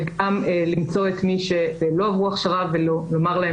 וגם למצוא את מי שלא עברו הכשרה ולומר להם